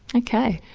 and okay,